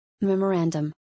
Memorandum